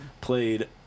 played